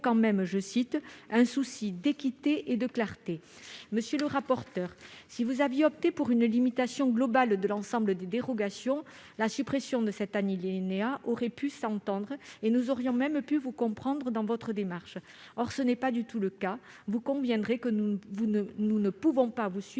le rapporteur, si vous aviez opté pour une limitation globale de l'ensemble des dérogations, la suppression de cet alinéa aurait pu s'entendre. Nous aurions même pu comprendre votre démarche. Mais ce n'est pas du tout le cas et- vous en conviendrez -nous ne pouvons pas vous suivre